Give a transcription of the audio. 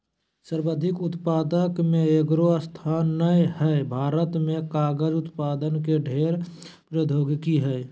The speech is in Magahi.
सर्वाधिक उत्पादक में एगो स्थान नय हइ, भारत में कागज उत्पादन के ढेर प्रौद्योगिकी हइ